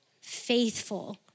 faithful